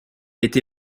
été